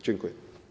Dziękuję.